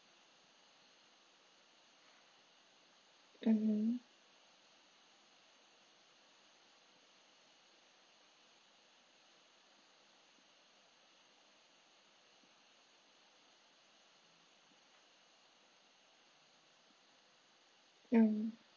mmhmm mm